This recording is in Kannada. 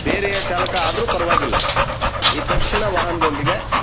ಬೇರೆಯ ಚಾಲಕ ಆದರೂ ಪರವಾಗಿಲ್ಲ ಈ ತಕ್ಷಣ ವಾಹನದೊಂದಿಗೆ